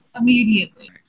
immediately